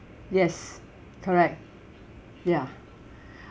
yes correct ya